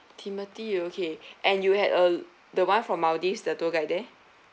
timothy okay and you had a the one from maldives the tour guide there